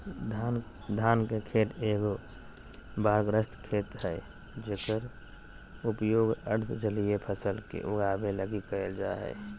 धान के खेत एगो बाढ़ग्रस्त खेत हइ जेकर उपयोग अर्ध जलीय फसल के उगाबे लगी कईल जा हइ